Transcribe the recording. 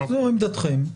זו עמדתכם.